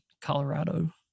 Colorado